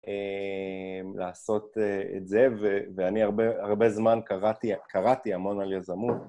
לעשות את זה, ואני הרבה הרבה זמן קראתי קראתי המון על יזמות.